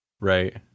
Right